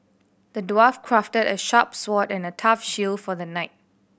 the dwarf crafted a sharp sword and a tough shield for the knight